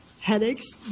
headaches